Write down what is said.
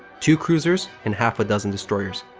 two cruisers, and half-a-dozen destroyers.